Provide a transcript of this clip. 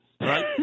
right